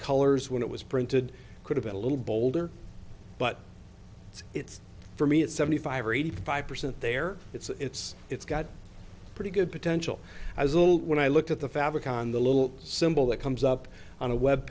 colors when it was printed could have been a little bolder but it's for me at seventy five or eighty five percent there it's it's got pretty good potential as old when i look at the fabric on the little symbol that comes up on a web